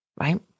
Right